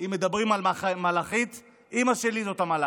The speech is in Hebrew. אם מדברים על מלאכית, אימא שלי היא המלאך.